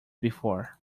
before